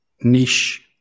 niche